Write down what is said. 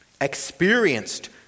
experienced